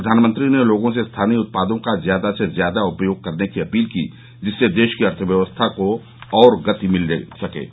प्रधानमंत्री ने लोगों से स्थानीय उत्पादों का ज्यादा से ज्यादा उपयोग करने की अपील की जिससे देश की अर्थव्यवस्था को और गति मिलेगी